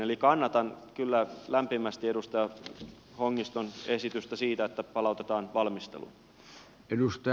eli kannatan kyllä lämpimästi edustaja hongiston esitystä siitä että palautetaan valmisteluun